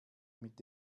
mit